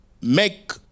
make